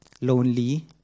lonely